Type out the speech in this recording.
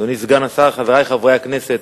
אדוני סגן השר, חברי חברי הכנסת,